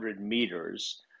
meters